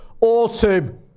autumn